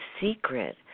secret